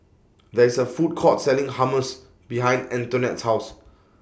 There IS A Food Court Selling Hummus behind Antonette's House